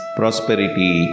prosperity